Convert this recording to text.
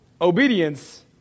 obedience